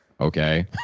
okay